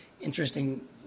interesting